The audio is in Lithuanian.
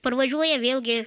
parvažiuoja vėlgi